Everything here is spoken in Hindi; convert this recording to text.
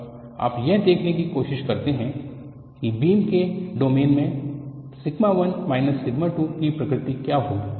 अब आप यह देखने की कोशिश करते हैं कि बीम के डोमेन में सिग्मा 1 माइनस सिग्मा 2 की प्रकृति क्या होगी